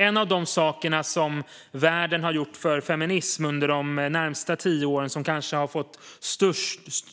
En av de saker som världen har gjort för feminismen de senaste tio åren och som kanske har fått